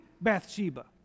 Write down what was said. Bathsheba